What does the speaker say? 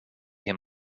him